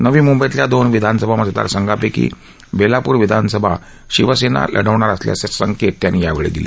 नवी मुंबईतल्या दोन विधानसभा मतदारसंघांपैकी बेलापूर विधानसभा शिवसेना लढवणार असल्याचे संकेत त्यांनी यावेळी दिले